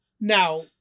now